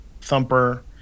Thumper